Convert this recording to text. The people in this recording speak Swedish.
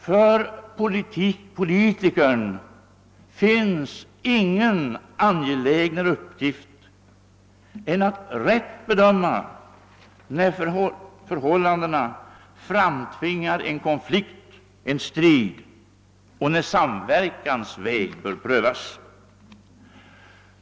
För po litikern finns ingen angelägnare uppgift än att rätt bedöma när förhållandena framtvingar en konflikt, en strid, och när samverkans väg bör prövas.